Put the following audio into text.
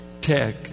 tech